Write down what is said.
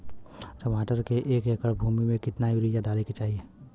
टमाटर के एक एकड़ भूमि मे कितना यूरिया डाले के चाही?